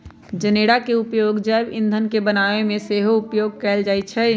जनेरा के उपयोग जैव ईंधन के बनाबे में सेहो उपयोग कएल जाइ छइ